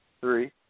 three